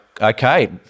okay